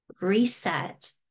reset